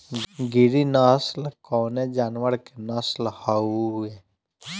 गिरी नश्ल कवने जानवर के नस्ल हयुवे?